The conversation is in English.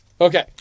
Okay